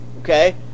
okay